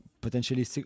potentially